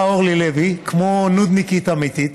באה אורלי לוי, כמו נודניקית אמיתית,